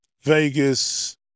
Vegas